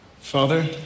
father